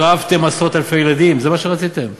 הרעבתם עשרות-אלפי ילדים, זה מה שרציתם?